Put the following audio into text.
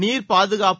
நீர் பாதுகாப்பு